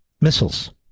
missiles